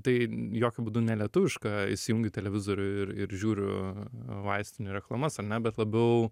tai jokiu būdu ne lietuvišką įsijungiu televizorių ir ir žiūriu vaistinių reklamas ar ne bet labiau